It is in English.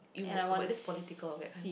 you would okay it's political I can't